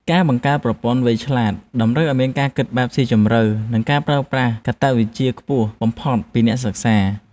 ការបង្កើតប្រព័ន្ធវៃឆ្លាតតម្រូវឱ្យមានការគិតបែបវិភាគស៊ីជម្រៅ និងការប្រើប្រាស់តក្កវិជ្ជាខ្ពស់បំផុតពីអ្នកសិក្សា។